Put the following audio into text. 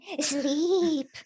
Sleep